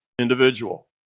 individual